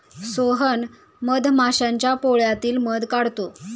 सोहन मधमाश्यांच्या पोळ्यातील मध काढतो